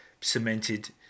cemented